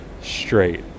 straight